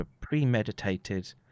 premeditated